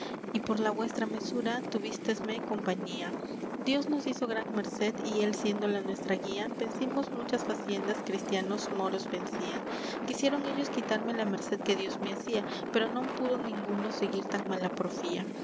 y por la vuestra mesura tuvístesme compañía dios nos hizo gran merced y él siendo la nuestra guía vencimos muchas faciendas cristianos moros vencían quisieron ellos quitarme la merced que dios me hacía pero non pudo ninguno seguir tan mala porfía